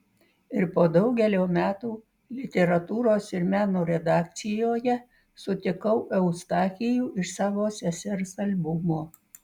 ir po daugelio metų literatūros ir meno redakcijoje sutikau eustachijų iš savo sesers albumo